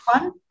one